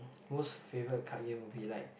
most favourite card game will be like